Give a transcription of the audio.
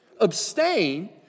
Abstain